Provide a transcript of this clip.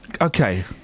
Okay